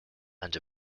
and